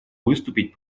выступить